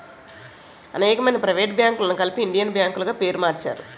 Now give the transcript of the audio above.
అనేకమైన ప్రైవేట్ బ్యాంకులను కలిపి ఇండియన్ బ్యాంక్ గా పేరు మార్చారు